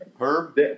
Herb